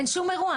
אין שום אירוע,